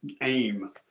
aim